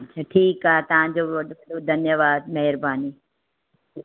हा त ठीकु आहे तव्हांजो वॾो धन्यवादु महिरबानी